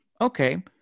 Okay